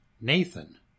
Nathan